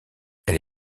elle